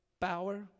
power